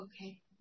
Okay